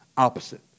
opposite